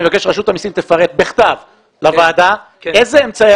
אני מבקש שרשות המסים תפרט בכתב לוועדה איזה אמצעי